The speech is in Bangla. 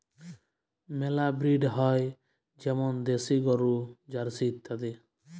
মেলা ব্রিড হ্যয় যেমল দেশি গরু, জার্সি ইত্যাদি